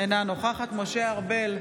אינה נוכחת משה ארבל,